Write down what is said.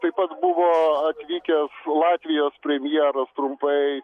taip pat buvo atvykęs latvijos premjeras trumpai